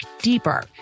deeper